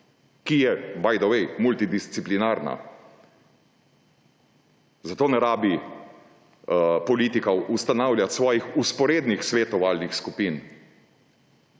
ki je, by the way, multidisciplinarna. Zato ne rabi politika ustanavljati svojih vzporednih svetovalnih skupin,